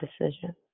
decision